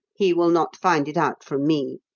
he will not find it out from me.